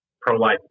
pro-life